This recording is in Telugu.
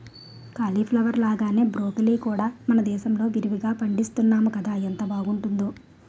క్యాలీఫ్లవర్ లాగానే బ్రాకొలీ కూడా మనదేశంలో విరివిరిగా పండిస్తున్నాము కదా ఎంత బావుంటుందో